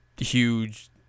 huge